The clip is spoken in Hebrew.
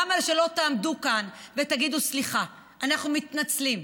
למה שלא תעמדו כאן ותגידו: סליחה, אנחנו מתנצלים?